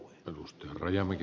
arvoisa puhemies